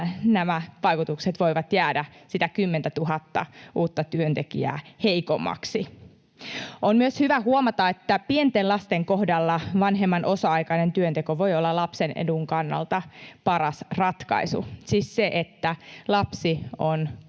vaikutukset voivat jäädä sitä 10 000:ta uutta työntekijää heikommiksi. On myös hyvä huomata, että pienten lasten kohdalla vanhemman osa-aikainen työnteko voi olla lapsen edun kannalta paras ratkaisu, siis se, että lapsi on